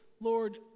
Lord